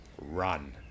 run